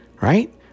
right